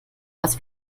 was